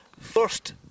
First